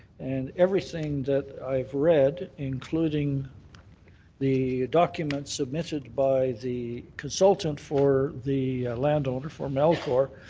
and everything that i've read, including the documents submitted by the consultant for the land owner for melcore,